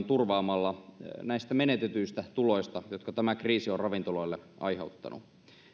turvaamalla kohtuullinen kompensaatio näistä menetetyistä tuloista jotka tämä kriisi on ravintoloille aiheuttanut